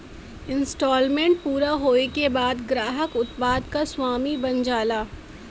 instalment पूरा होये के बाद ग्राहक उत्पाद क स्वामी बन जाला